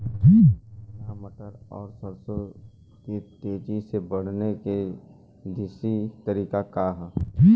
चना मटर और सरसों के तेजी से बढ़ने क देशी तरीका का ह?